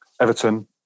Everton